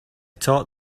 taught